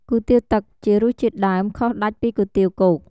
គុយទាវទឹកជារសជាតិដើម ខុសដាច់ពីគុយទាវគោក។